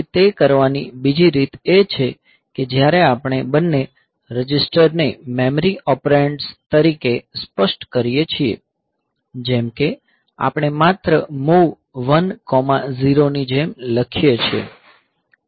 પછી તે કરવાની બીજી રીત એ છે કે જ્યારે આપણે બંને રજિસ્ટરને મેમરી ઓપરેન્ડ્સ તરીકે સ્પષ્ટ કરીએ છીએ જેમ કે આપણે માત્ર MOV 10 ની જેમ લખીએ છીએ